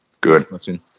Good